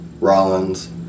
Rollins